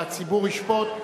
והציבור ישפוט.